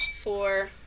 four